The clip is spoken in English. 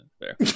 fair